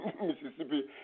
Mississippi